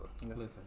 Listen